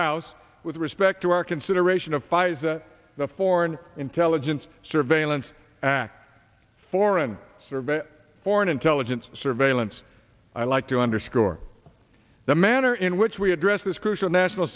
house with respect to our consideration of pfizer the foreign intelligence surveillance act foreign service foreign intelligence surveillance i like to underscore the manner in which we address this crucial national